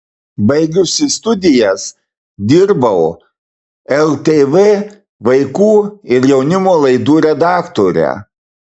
baigusi studijas dirbau ltv vaikų ir jaunimo laidų redaktore